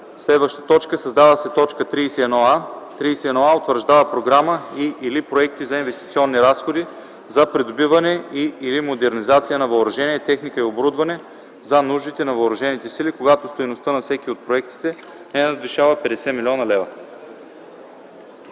армия”. 6. Създава се т. 31а: „31а. утвърждава програма и/или проекти за инвестиционни разходи за придобиване и/или модернизация на въоръжение, техника и оборудване за нуждите на въоръжените сили, когато стойността на всеки от проектите не надвишава 50 млн. лв.”